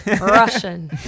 Russian